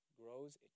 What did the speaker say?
grows